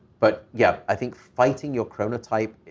but, yeah, i think fighting your chronotype,